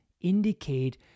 indicate